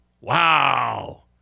Wow